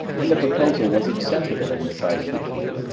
and the proposal was acceptable in the sight of the king,